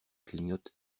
clignote